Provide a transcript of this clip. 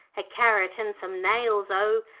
a carrot and some nails-o!